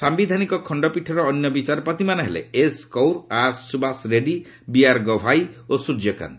ସାୟିଧାନିକ ଖଣ୍ଡପୀଠର ଅନ୍ୟ ବିଚାରପତିମାନେ ହେଲେ ଏସ କୌର ଆର ସୁବାସ ରେଡ୍ଡି ବିଆରଗଭାୟୀ ଓ ସୂର୍ଯ୍ୟକାନ୍ତ